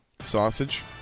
Sausage